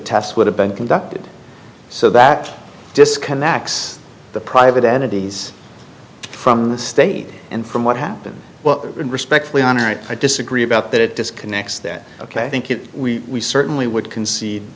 test would have been conducted so that disconnects the private entities from the state and from what happened well and respectfully honor it i disagree about that it disconnects that ok thank you we certainly would concede